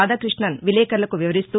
రాధాకృష్ణన్ విలేకర్లకు వివరిస్తూ